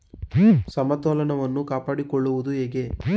ಸಮತೋಲನವನ್ನು ಕಾಪಾಡಿಕೊಳ್ಳುವುದು ಹೇಗೆ?